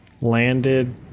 landed